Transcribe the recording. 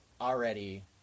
already